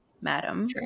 madam